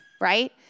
right